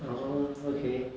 oh okay